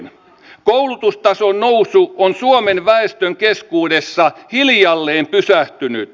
koulutustason nousu on suomen väestön keskuudessa hiljalleen pysähtynyt